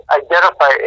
identify